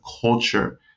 culture